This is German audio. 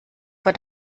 vor